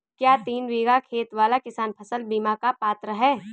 क्या तीन बीघा खेत वाला किसान फसल बीमा का पात्र हैं?